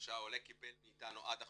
שהעולה קיבל מאתנו עד עכשיו,